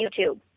YouTube